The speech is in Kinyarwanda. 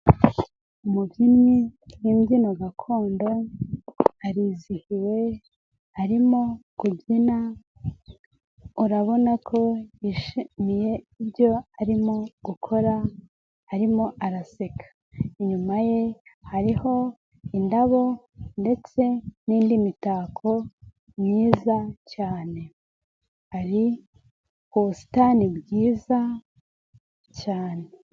Umubyinnyi w'imbyino gakondo arizihiwe arimo kubyina urabona ko yishimiye ibyo arimo gukora, arimo araseka, inyuma ye hariho indabo ndetse n'indi mitako myiza cyane, hari ubusitani bwiza cyane.